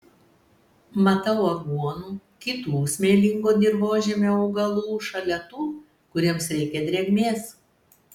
matau aguonų kitų smėlingo dirvožemio augalų šalia tų kuriems reikia drėgmės